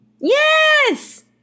Yes